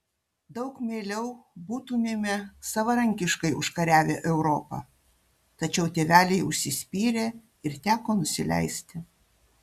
daug mieliau būtumėme savarankiškai užkariavę europą tačiau tėveliai užsispyrė ir teko nusileisti